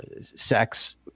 sex